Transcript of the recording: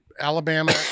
Alabama